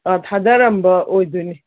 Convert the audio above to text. ꯑꯥ ꯊꯥꯗꯔꯝꯕ ꯑꯣꯏꯗꯣꯏꯅꯤ